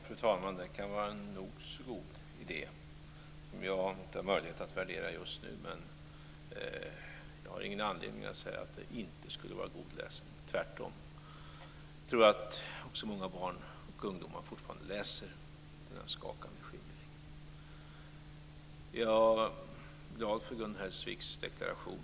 Fru talman! Det kan vara en nog så god idé, som jag inte har möjlighet att värdera just nu. Men jag har ingen anledning att säga att det inte skulle vara god läsning - tvärtom. Jag tror också att många barn och ungdomar fortfarande läser denna skakande skildring. Jag är glad för Gun Hellsviks deklaratation.